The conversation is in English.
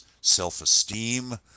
self-esteem